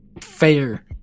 fair